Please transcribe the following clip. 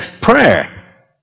prayer